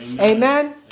Amen